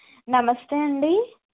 నమస్తే అండి